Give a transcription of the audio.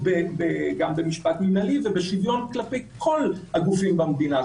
במשפט מינהלי ובשוויון כלפי כל הגופים במדינה.